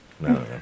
no